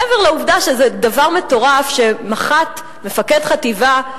מעבר לעובדה שזה דבר מטורף שמח"ט, מפקד חטיבה,